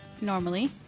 Normally